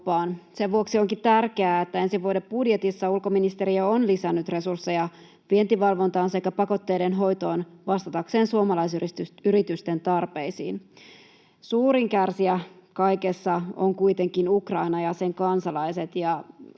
Sen vuoksi onkin tärkeää, että ensi vuoden budjetissa ulkoministeriö on lisännyt resursseja vientivalvontaan sekä pakotteiden hoitoon vastatakseen suomalaisyritysten tarpeisiin. Suurin kärsijä kaikessa on kuitenkin Ukraina ja sen kansalaiset,